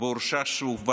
והורשע שוב.